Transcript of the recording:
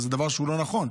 אבל זה דבר שהוא לא נכון.